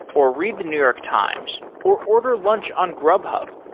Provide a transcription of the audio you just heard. or read the new york times, or order lunch on grubhub,